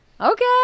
Okay